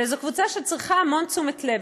וזו קבוצה שצריכה המון תשומת לב,